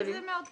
זה מאוד קצר.